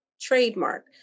trademark